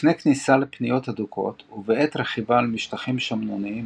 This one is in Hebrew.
לפני כניסה לפניות הדוקות ובעת רכיבה על משטחים שמנוניים,